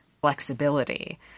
flexibility